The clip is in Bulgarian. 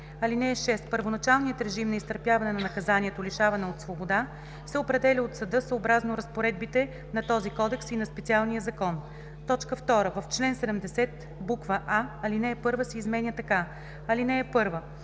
„(6) Първоначалният режим на изтърпяване на наказанието лишаване от свобода се определя от съда съобразно разпоредбите на този кодекс и на специалния закон.“ 2. В чл. 70: а) алинея 1 се изменя така: „(1)